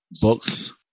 books